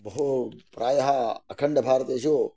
बहु प्रायः अखण्डभारते